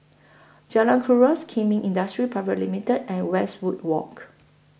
Jalan Kuras Kemin Industries Private Limited and Westwood Walk